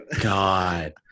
god